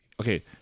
Okay